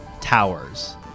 towers